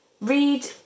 Read